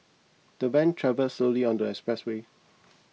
the van travelled slowly on the expressway